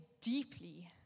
deeply